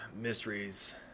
mysteries